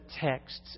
texts